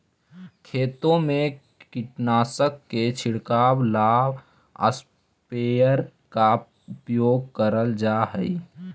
खेतों में कीटनाशक के छिड़काव ला स्प्रेयर का उपयोग करल जा हई